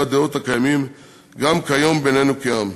הדעות הקיימים גם כיום בינינו כעם.